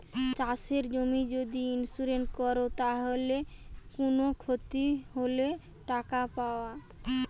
চাষের জমির যদি ইন্সুরেন্স কোরে তাইলে কুনো ক্ষতি হলে টাকা পায়